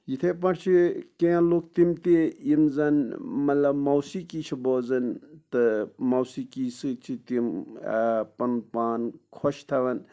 یِتھٕے پٲٹھۍ چھِ کینٛہہ لُکھ تِم تہِ یِم زَن مطلب موسیٖقی چھِ بوزان تہٕ موسیٖقی سۭتۍ چھِ تِم پَنُن پان خۄش تھاوان